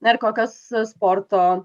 na ir kokios sporto